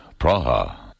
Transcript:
Praha